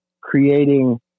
creating